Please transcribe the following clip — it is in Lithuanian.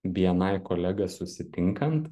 bni kolega susitinkant